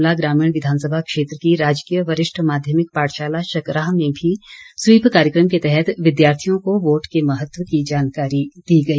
शिमला ग्रामीण विधानसभा क्षेत्र की राजकीय वरिष्ठ माध्यमिक पाठशाला शकराह में भी स्वीप कार्यक्रम के तहत विद्यार्थियों को वोट के महत्व की जानकारी दी गई